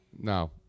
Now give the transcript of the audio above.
No